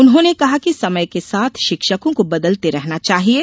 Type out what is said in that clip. उन्होंने कहा कि समय के साथ शिक्षकों को बदलते रहना चाहिये